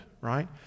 right